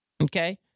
Okay